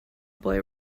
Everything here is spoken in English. boy